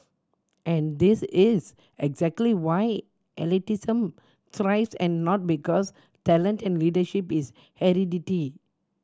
and this is exactly why elitism thrives and not because talent and leadership is hereditary